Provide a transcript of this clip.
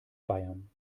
bayern